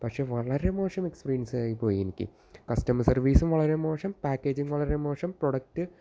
പക്ഷെ വളരെ മോശം എക്സ്പീരിയൻസ് ആയിപോയി എനിക്ക് കസ്റ്റമർ സർവീസും വളരെ മോശം പാക്കേജിങ് വളരെ മോശം പ്രോഡക്റ്റ്